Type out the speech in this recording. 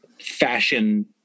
fashion